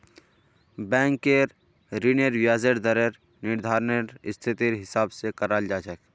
बैंकेर ऋनेर ब्याजेर दरेर निर्धानरेर स्थितिर हिसाब स कराल जा छेक